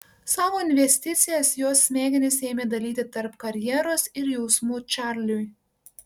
savo investicijas jos smegenys ėmė dalyti tarp karjeros ir jausmų čarliui